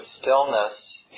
stillness